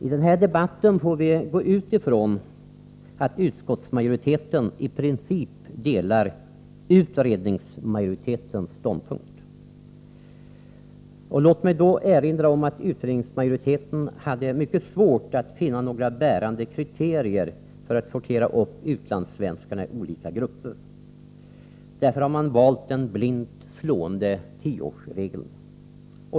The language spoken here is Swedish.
I denna debatt får vi utgå från att utskottsmajoriteten i princip delar utredningsmajoritetens ståndpunkt. Låt mig i detta sammanhang erinra om att utredningsmajoriteten haft mycket svårt att finna några bärande kriterier för sorteringen av utlandssvenskarna i olika grupper. Därför har man valt den blint slående tioårsregeln.